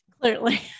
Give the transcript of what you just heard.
Clearly